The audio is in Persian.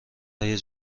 های